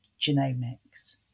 genomics